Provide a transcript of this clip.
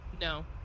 No